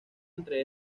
entre